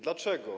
Dlaczego?